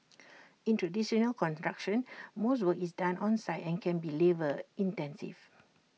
in traditional construction most work is done on site and can be labour intensive